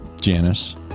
Janice